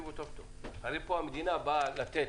הרי פה המדינה באה לתת,